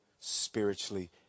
spiritually